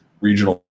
regional